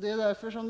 Det är därför som